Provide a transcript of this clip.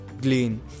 glean